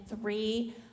three